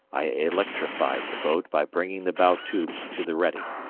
i electrified the boat by bringing the bow tubes to the ready.